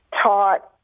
taught